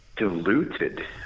Diluted